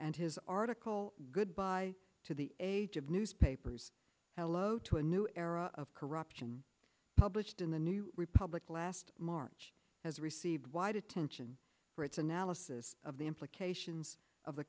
and his article goodbye to the age of newspapers hello to a new era of corruption published in the new republic last march has received wide attention for its analysis of the implications of the